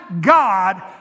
God